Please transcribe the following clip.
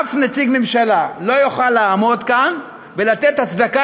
שאף נציג ממשלה לא יוכל לעמוד כאן ולתת הצדקה